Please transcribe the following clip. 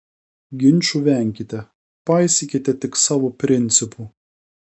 ginčų venkite paisykite tik savo principų